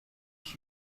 that